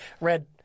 Red